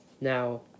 Now